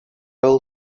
girl